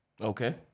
Okay